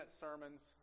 sermons